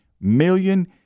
million